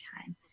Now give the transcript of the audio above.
time